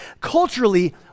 Culturally